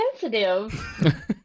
sensitive